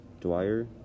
Dwyer